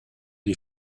die